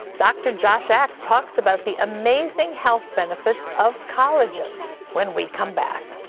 doctor josh asked talks about the amazing health benefits of collagen when we come back.